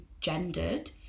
gendered